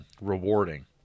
rewarding